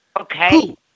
Okay